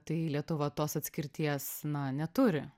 tai lietuva tos atskirties na neturi